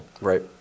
Right